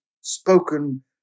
spoken